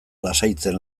lasaitzen